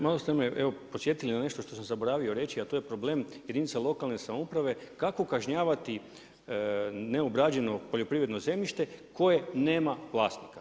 Malo ste me podsjetio na nešto što sa zaboravio reći a to je problem jedinica lokalne samouprava, kako kažnjavati neobrađeno poljoprivredno zemljište, koje nema vlasnika.